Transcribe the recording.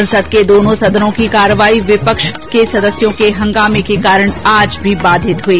संसद के दोनों सदनों की कार्यवाही विपक्ष सदस्यों के हंगामे के कारण आज भी बाधित हुई